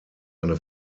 eine